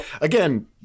Again